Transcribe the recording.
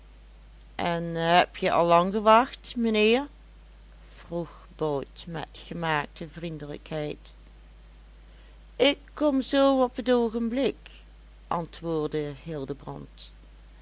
en hebje al lang gewacht mijnheer vroeg bout met gemaakte vriendelijkheid ik kom zoo op het oogenblik antwoordde hildebrand